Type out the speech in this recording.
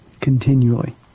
continually